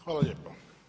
Hvala lijepo.